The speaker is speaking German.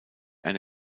eine